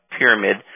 pyramid